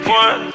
one